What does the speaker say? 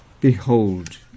Behold